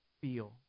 feel